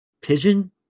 pigeon